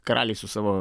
karaliai su savo